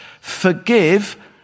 forgive